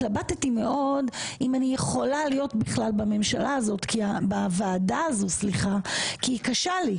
התלבטתי מאוד אם אני בכלל יכולה להיות בוועדה הזאת כי היא קשה לי.